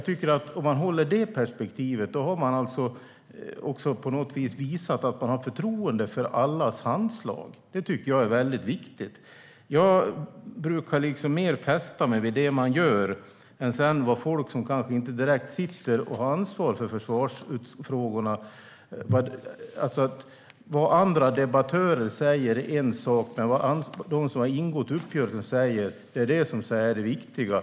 Om man har det perspektivet har man på något vis visat att man har förtroende för allas handslag. Det tycker jag är viktigt. Jag brukar fästa mig mer vid det man gör än vid vad folk som kanske inte direkt sitter och har ansvar för försvarsfrågorna säger. Vad andra debattörer säger är en sak, men vad de som har ingått uppgörelsen säger är det som är det viktiga.